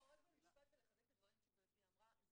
רק במשפט ולחזק את הדברים שגברתי אמרה.